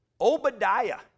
Obadiah